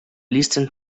listen